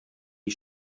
die